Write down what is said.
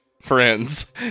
friends